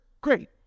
great